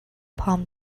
palm